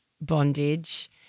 bondage